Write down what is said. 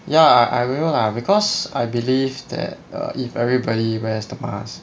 ya I I remember lah because I believe that err if everybody wears the mask